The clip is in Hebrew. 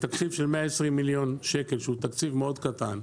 בתקציב של 120 מיליון שקל, שהוא תקציב מאוד קטן,